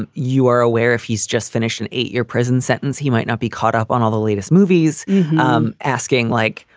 and you are aware if he's just finished an eight year prison sentence, he might not be caught up on all the latest movies um asking like,